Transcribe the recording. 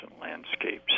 landscapes